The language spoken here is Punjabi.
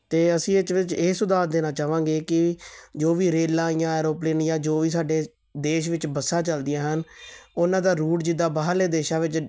ਅਤੇ ਅਸੀਂ ਇਹ 'ਚ ਵਿੱਚ ਇਹ ਸੁਧਾਰ ਦੇਣਾ ਚਾਹਵਾਂਗੇ ਕਿ ਜੋ ਵੀ ਰੇਲਾਂ ਆਈਆਂ ਐਰੋਪਲੇਨ ਜਾਂ ਜੋ ਵੀ ਸਾਡੇ ਦੇਸ਼ ਵਿੱਚ ਬੱਸਾਂ ਚੱਲਦੀਆਂ ਹਨ ਉਹਨਾਂ ਦਾ ਰੂਟ ਜਿੱਦਾਂ ਬਾਹਰਲੇ ਦੇਸ਼ਾਂ ਵਿੱਚ